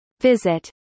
Visit